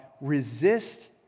Resist